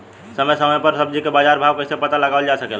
समय समय समय पर सब्जी क बाजार भाव कइसे पता लगावल जा सकेला?